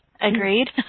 Agreed